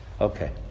Okay